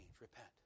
Repent